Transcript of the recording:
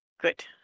Good